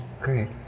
Great